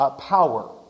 power